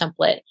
template